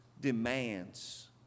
demands